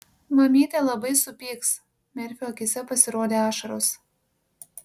mamytė labai supyks merfio akyse pasirodė ašaros